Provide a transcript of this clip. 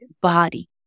body